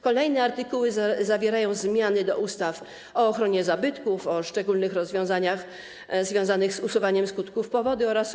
Kolejne artykuły zawierają zmiany do ustaw: o ochronie zabytków i o szczególnych rozwiązaniach związanych z usuwaniem skutków powodzi oraz